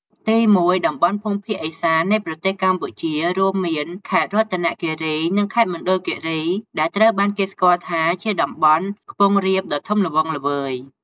ទីមួយ តំបន់ភូមិភាគឦសាននៃប្រទេសកម្ពុជា រួមមាន ខេត្តរតនគិរី និង ខេត្តមណ្ឌលគិរី ដែលត្រូវបានគេស្គាល់ថាជាតំបន់ខ្ពង់រាបដ៏ធំល្វឹងល្វើយ។